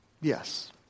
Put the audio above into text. Yes